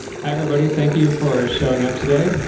hey everybody. thank you for showing up today.